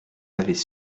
avez